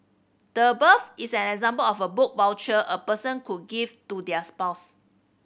the above is an example of a book voucher a person could give to their spouse